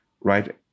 right